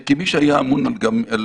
כמי שהיה אמון גם על